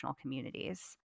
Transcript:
communities